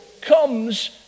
comes